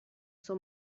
suo